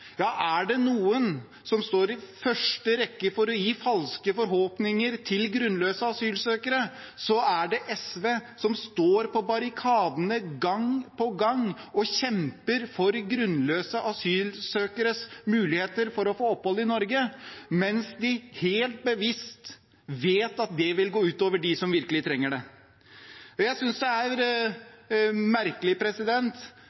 Ja, er det noen som står i første rekke og gir falske forhåpninger til grunnløse asylsøkere, er det SV, som gang på gang står på barrikadene og kjemper for grunnløse asylsøkeres muligheter for å få opphold i Norge, mens de helt bevisst vet at det vil gå ut over dem som virkelig trenger det. Jeg synes det er